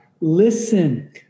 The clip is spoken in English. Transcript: Listen